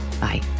Bye